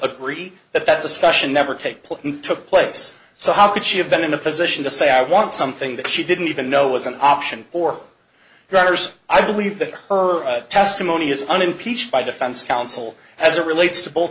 agree that that discussion never take put into place so how could she have been in a position to say i want something that she didn't even know was an option for writers i believe that her testimony is unimpeached by defense counsel as it relates to both